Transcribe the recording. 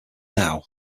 now